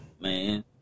Man